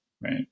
right